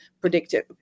predictive